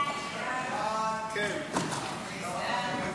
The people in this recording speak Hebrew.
חוק הסמכת צבא הגנה